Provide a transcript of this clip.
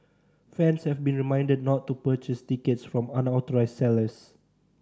fans have been reminded not to purchase tickets from unauthorised sellers